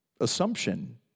assumption